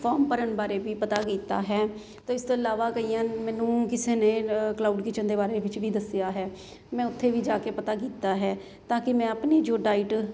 form ਭਰਨ ਬਾਰੇ ਵੀ ਪਤਾ ਕੀਤਾ ਹੈ ਅਤੇ ਇਸ ਤੋਂ ਇਲਾਵਾ ਕਈਆਂ ਮੈਨੂੰ ਕਿਸੇ ਨੇ ਕਲਾਊਡ ਕਿਚਨ ਦੇ ਬਾਰੇ ਵਿੱਚ ਵੀ ਦੱਸਿਆ ਹੈ ਮੈਂ ਉੱਥੇ ਵੀ ਜਾ ਕੇ ਪਤਾ ਕੀਤਾ ਹੈ ਤਾਂ ਕਿ ਮੈਂ ਆਪਣੀ ਜੋ ਡਾਇਟ